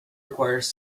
requires